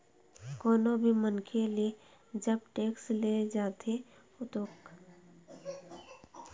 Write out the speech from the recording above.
कोनो भी मनखे ले जब टेक्स ले जाथे ओखर घलोक नियम होथे अइसने ही कोनो मनखे ले टेक्स नइ ले जाय जा सकय